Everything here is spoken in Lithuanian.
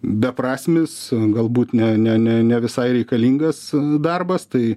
beprasmis galbūt ne ne ne ne visai reikalingas darbas tai